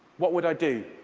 what would i do?